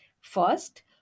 first